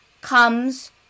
comes